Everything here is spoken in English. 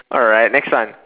alright next one